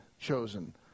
chosen